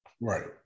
Right